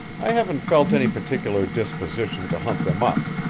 i haven't felt any particular disposition to hunt them up,